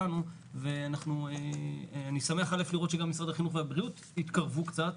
אני שמח לראות שגם משרד החינוך ומשרד הבריאות התקרבו קצת,